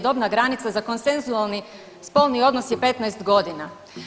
Dobna granica za konsenzualni spolni odnos je 15 godina.